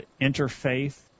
interfaith